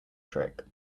trick